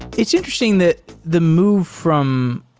it's interesting that the move from